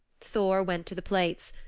thor went to the plates.